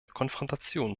konfrontation